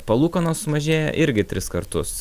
palūkanos mažėja irgi tris kartus